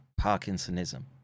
Parkinsonism